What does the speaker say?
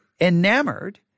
enamored